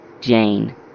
Jane